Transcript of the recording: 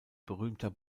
berühmter